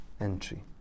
entry